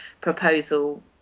proposal